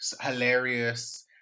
hilarious